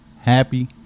happy